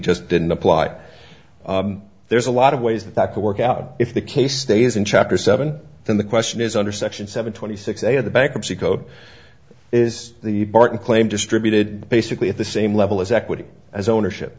just didn't apply there's a lot of ways that that could work out if the case stays in chapter seven then the question is under section seven twenty six they have the bankruptcy code is the barton claim distributed basically at the same level as equity as ownership